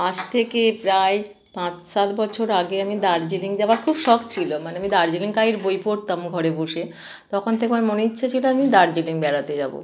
আজ থেকে প্রায় পাঁচ সাত বছর আগে আমি দার্জিলিং যাবার খুব শখ ছিলো মানে আমি দার্জিলিং গাইড বই পড়তাম ঘরে বসে তখন থেকে আমার মনে ইচ্ছা ছিলো আমি দার্জিলিং বেড়াতে যাবো